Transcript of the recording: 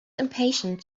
impatient